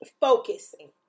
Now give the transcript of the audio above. focusing